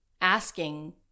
asking